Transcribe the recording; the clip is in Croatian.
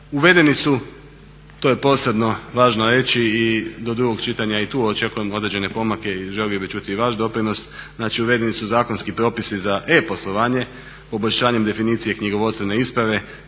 Uvedeni su, to je posebno važno reći i do drugog čitanja i tu očekujem određene pomake i želio bih čuti i vaš doprinos, znači uvedeni su zakonski propisi za e-poslovanje poboljšanjem definicije knjigovodstvene isprave